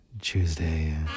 Tuesday